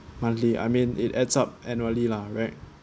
monthly I mean it adds up annually lah right